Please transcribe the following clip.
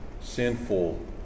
sinful